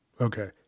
Okay